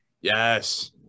Yes